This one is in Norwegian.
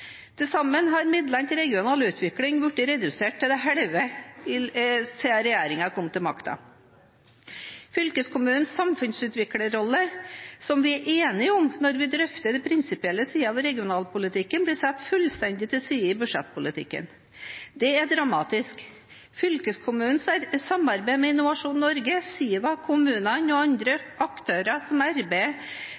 Til sammen har midlene til regional utvikling blitt redusert til det halve siden regjeringen kom til makten. Fylkeskommunenes samfunnsutviklerrolle, som vi er enige om når vi drøfter prinsipielle sider ved regionalpolitikken, blir satt fullstendig til side i budsjettpolitikken. Det er dramatisk. Fylkeskommunenes samarbeid med Innovasjon Norge, SIVA, kommunene og andre